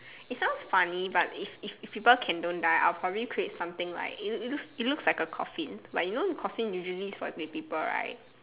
it sounds funny but if if if people can don't die I'll probably create something like it it looks it looks like a coffin but you know coffin usually is for dead people right